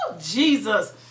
Jesus